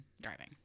driving